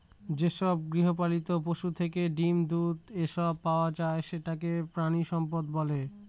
যেসব গৃহপালিত পশুদের থেকে ডিম, দুধ, এসব পাওয়া যায় সেটাকে প্রানীসম্পদ বলে